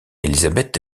élisabeth